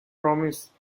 promise